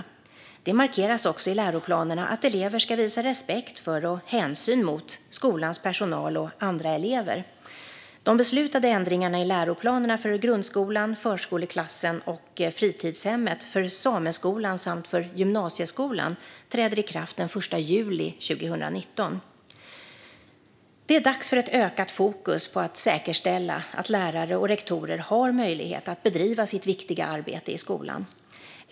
Det markeras också i läroplanerna att elever ska visa respekt för och hänsyn mot skolans personal och andra elever. De beslutade ändringarna i läroplanerna för grundskolan, förskoleklassen och fritidshemmet, för sameskolan samt för gymnasieskolan träder i kraft den 1 juli 2019. Det är dags för ett ökat fokus på att säkerställa att lärare och rektorer har möjlighet att bedriva sitt viktiga arbete i skolan.